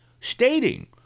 stating